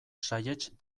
saihets